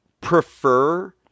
prefer